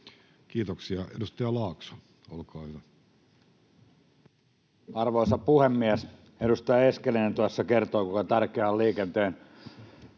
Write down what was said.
Kiitoksia. — Edustaja Laakso, olkaa hyvä. Arvoisa puhemies! Edustaja Eskelinen tuossa kertoi, kuinka tärkeää on tehdä